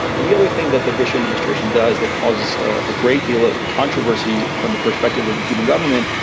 and the other thing that the bush administration does that causes a great deal of controversy from the perspective of the cuban government,